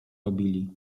robili